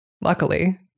luckily